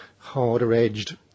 harder-edged